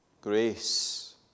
Grace